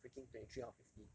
freaking twenty three out of fifty